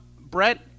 Brett